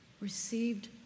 received